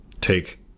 take